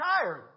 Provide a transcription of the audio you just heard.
tired